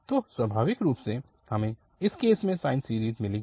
तो स्वाभाविक रूप से हमें इस केस में साइन सीरीज मिलेगी